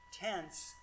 tense